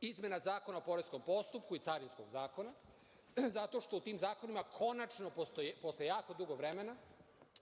izmena Zakona o poreskom postupku i carinskog zakona, zato što u tim zakonima konačno posle jako dugo vremena,